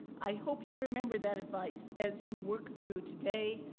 i hope you remember that advice as you work through today,